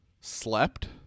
slept